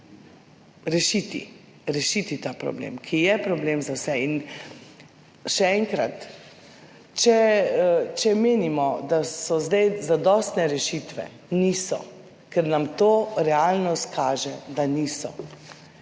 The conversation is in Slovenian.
želijo rešiti ta problem, ki je problem za vse. Še enkrat, če menimo, da so zdaj zadostne rešitve, niso, ker nam realnost kaže, da niso.